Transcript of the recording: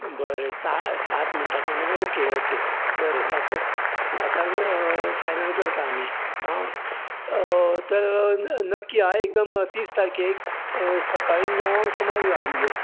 बरें सा सात म्हणटा तूं नू ओके ओके बरे सात सातांक फायनल करता आमी आं तर नक्की आं एकदम तीस तारकेक सकाळी णवांक सुमार यो आमगेर